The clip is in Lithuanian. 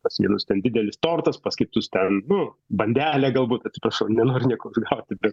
pas vienus ten didelis tortas pas kitus ten nu bandelė galbūt atsiprašau nenoriu nieko užgauti bet